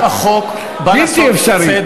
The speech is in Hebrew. ראשית, החוק בא לעשות צדק.